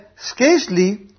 scarcely